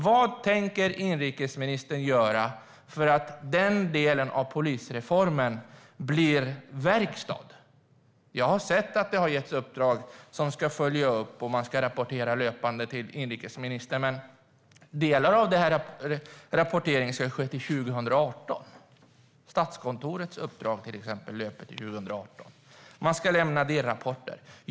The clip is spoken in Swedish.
Vad tänker inrikesministern göra för att den delen av polisreformen ska bli verkstad? Jag har sett att man har gett uppdrag som ska följa upp, och man ska rapportera löpande till inrikesministern, men delar av den här rapporteringen ska ske till 2018. Statskontorets uppdrag, till exempel, löper till 2018, och man ska lämna delrapporter.